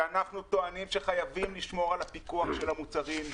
ואנחנו טוענים שחייבים לשמור על הפיקוח של המוצרים,